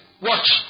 Watch